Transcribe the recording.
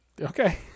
Okay